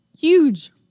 huge